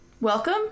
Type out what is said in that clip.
Welcome